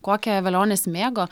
kokią velionis mėgo